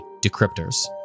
decryptors